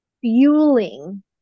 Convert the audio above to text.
fueling